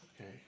Okay